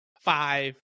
five